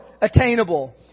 attainable